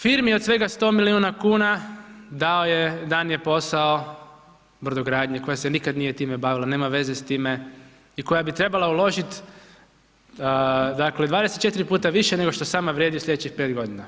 Firmi od svega 100 milijuna kuna dan je posao brodogradnje koja se nikada nije time bavila, nema veze s time, i koja bi trebala uložiti, dakle 24 puta više nego što sama vrijedi u sljedećih 5 godina.